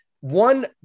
one